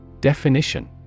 Definition